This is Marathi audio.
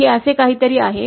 हे असे काहीतरी आहे